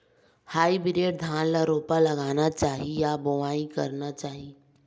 Hybrid धान ल रोपा लगाना चाही या बोआई करना चाही?